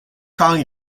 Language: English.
kong